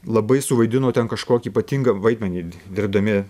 labai suvaidino ten kažkokį ypatingą vaidmenį dirbdami